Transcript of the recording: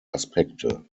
aspekte